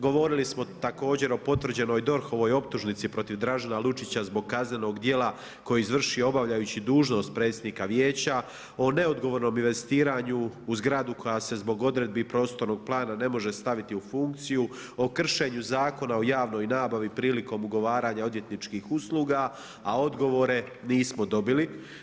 Govorili smo također o potvrđenoj DORH-ovoj optužnici protiv Dražena Lučića zbog kaznenog djela koji je izvrši obavljajući dužnost predsjednika vijeća, o neodgovornom investiranju u zgradu koja se zbog odredbi prostornog plana ne može stavit u funkciju, o kršenju zakona o javnoj nabavi prilikom ugovaranja odvjetničkih usluga a odgovore nismo dobili.